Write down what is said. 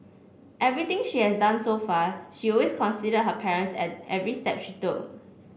everything she has done so far she always considered her parents at every step she took